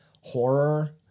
horror